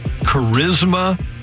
charisma